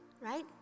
Right